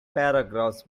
paragraphs